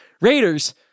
Raiders